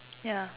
yeah